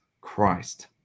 Christ